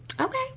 okay